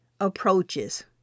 approaches